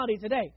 today